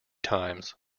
times